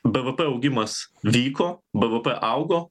bvp augimas vyko bvp augo